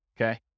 Okay